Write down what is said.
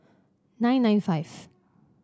nine nine five